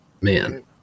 man